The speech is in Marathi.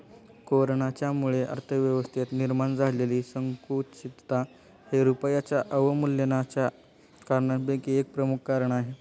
कोरोनाच्यामुळे अर्थव्यवस्थेत निर्माण झालेली संकुचितता हे रुपयाच्या अवमूल्यनाच्या कारणांपैकी एक प्रमुख कारण आहे